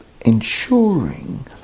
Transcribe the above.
ensuring